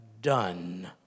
done